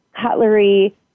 cutlery